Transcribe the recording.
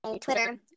twitter